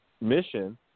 mission